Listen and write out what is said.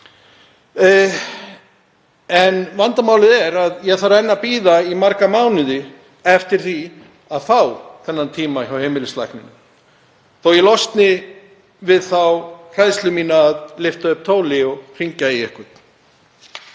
En vandamálið er að ég þarf enn að bíða í marga mánuði eftir því að fá þennan tíma hjá heimilislækninum, þótt ég losni við þá hræðslu mína að lyfta upp tóli og hringja í